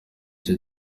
ico